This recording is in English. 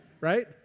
right